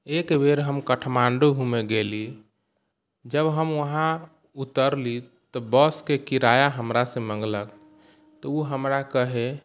एक बेर हम काठमांडू घूमे गेली जब हम वहाँ उतरली तऽ बसके किराआ हमरा से मंँगलक तऽ ओ हमरा कहैत